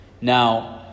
Now